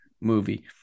movie